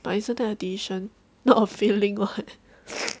but isn't that a decision not a feeling [what]